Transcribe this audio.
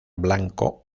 blanco